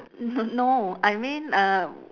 no no I mean uh